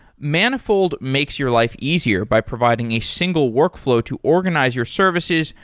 manifold makes your life easier by providing a single workflow to organize your services,